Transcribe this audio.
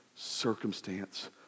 Circumstance